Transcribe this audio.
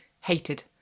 hated